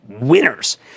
winners